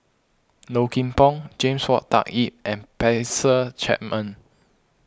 Low Kim Pong James Wong Tuck Yim and Spencer Chapman